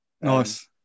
Nice